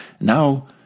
Now